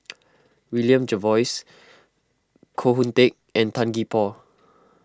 William Jervois Koh Hoon Teck and Tan Gee Paw